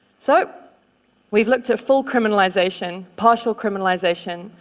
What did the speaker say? so we've looked at full criminalization, partial criminalization,